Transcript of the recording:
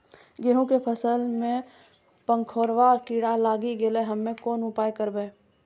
गेहूँ के फसल मे पंखोरवा कीड़ा लागी गैलै हम्मे कोन उपाय करबै?